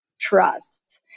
trust